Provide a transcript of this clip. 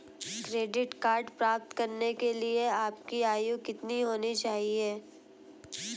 Credit card प्राप्त करने के लिए आपकी आयु कितनी होनी चाहिए?